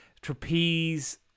trapeze